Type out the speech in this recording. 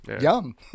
Yum